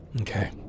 Okay